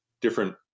different